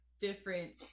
different